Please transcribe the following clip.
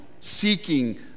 seeking